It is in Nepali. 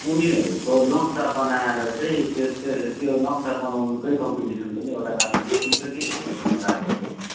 उनीहरूको नक्सा बनाएर चाहिँ त्यो नक्सा बनाउनुकै कम्पिटिसन पनि एउटा राख्न सकिन्छ कि भन्ने मलाई लागेको थियो कि